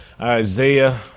Isaiah